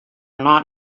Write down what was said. not